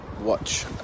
watch